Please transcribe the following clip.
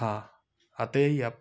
हाँ आते ही आप